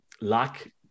lack